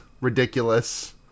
ridiculous